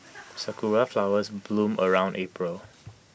Sakura Flowers bloom around April